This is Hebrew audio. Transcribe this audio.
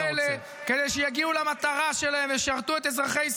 יש לך אחריות אדירה לכמות הנרצחים בחברה הערבית.